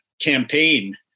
campaign